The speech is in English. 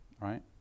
Right